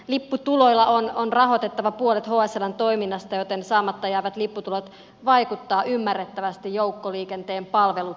lipputuloilla on rahoitettava puolet hsln toiminnasta joten saamatta jäävät lipputulot vaikuttavat ymmärrettävästi joukkoliikenteen palvelutasoon